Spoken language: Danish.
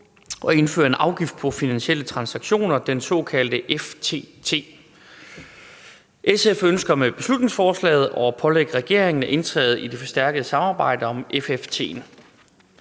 at indføre en afgift på finansielle transaktioner, den såkaldte FTT. SF ønsker med beslutningsforslaget at pålægge regeringen at indtræde i det forstærkede samarbejde om FTT'en.